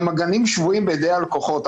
גם הגנים שבויים בידי הלקוחות.